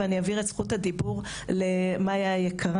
ואני אעביר את זכות הדיבור למאיה היקרה.